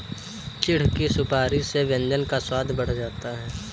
चिढ़ की सुपारी से व्यंजन का स्वाद बढ़ जाता है